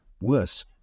Worse